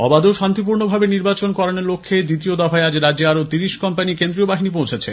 অবাধ ও শান্তিপূর্ণভাবে নির্বাচন করানোর লক্ষ্যে দ্বিতীয় দফায় আজ রাজ্যে আরও ত্রিশ কোম্পানি কেন্দ্রীয় বাহিনী এসে পৌঁছেছে